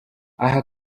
aha